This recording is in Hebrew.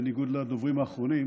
בניגוד לדוברים האחרונים.